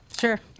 Sure